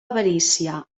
avarícia